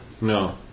No